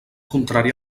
contrari